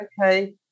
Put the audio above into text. okay